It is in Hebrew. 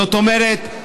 זאת אומרת,